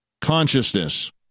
consciousness